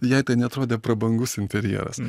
jai tai neatrodė prabangus interjeras